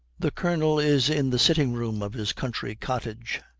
the colonel is in the sitting-room of his country cottage,